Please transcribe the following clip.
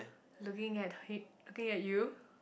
looking at the head looking at you